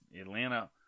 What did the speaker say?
Atlanta